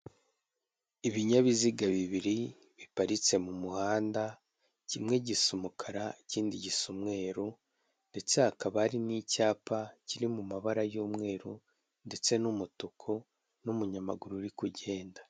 Ibinyabiziga bibiri biparitse mu muhanda kimwe gisa umukara ikindi gisa umweru ndetse hakaba hari n'icyapa kiri mu mabara y'umweru ndetse n'umutuku n'umunyamaguru uri kugenda.